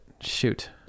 Shoot